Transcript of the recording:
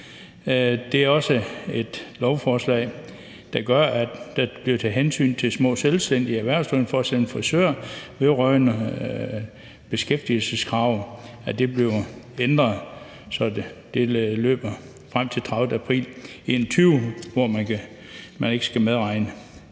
Det er også et lovforslag, der gør, at der bliver taget hensyn til små selvstændige erhvervsdrivende, f.eks. frisører, vedrørende beskæftigelseskravet. Det bliver ændret, så den periode, man ikke skal medregne,